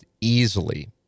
easily